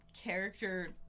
character